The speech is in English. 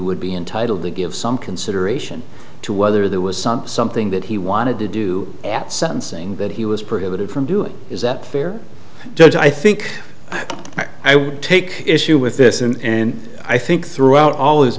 would be entitled to give some consideration to whether there was some something that he wanted to do at sentencing that he was prohibited from doing is that fair judge i think i would take issue with this in i think throughout all